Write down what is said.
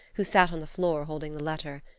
who sat on the floor holding the letter,